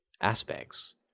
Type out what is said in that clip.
aspects